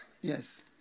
Yes